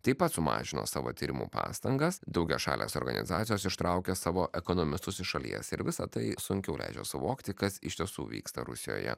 taip pat sumažino savo tyrimų pastangas daugiašalės organizacijos ištraukė savo ekonomistus iš šalies ir visa tai sunkiau leidžia suvokti kas iš tiesų vyksta rusijoje